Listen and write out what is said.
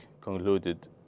concluded